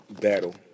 battle